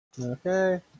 Okay